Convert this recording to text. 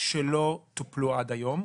שלא טופלו עד היום,